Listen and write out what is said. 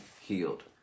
healed